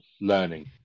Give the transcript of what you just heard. learning